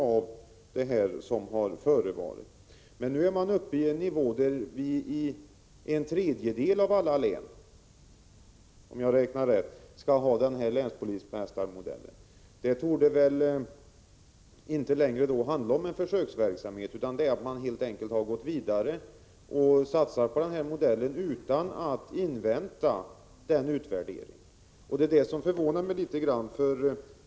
Men nu skall vi ha länspolismästarmodellen i en tredjedel av alla län, om jag räknat rätt. Det torde då inte längre handla om en försöksverksamhet — man har helt enkelt gått vidare och satsar på den modellen utan att invänta en utvärdering. Det förvånar mig litet.